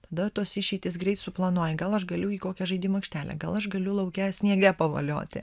tada tos išeitys greit suplanuoji gal aš galiu į kokią žaidimų aikštelę gal aš galiu lauke sniege pavolioti